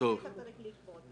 היית צריך לגבות.